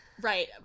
right